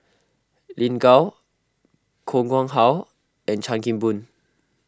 Lin Gao Koh Nguang How and Chan Kim Boon